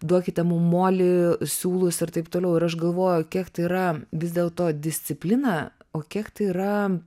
duokite mum molį siūlus ir taip toliau ir aš galvoju kiek tai yra vis dėlto disciplina o kiek tai yra